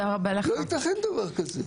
לא יתכן דבר כזה.